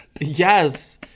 yes